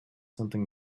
something